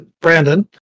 Brandon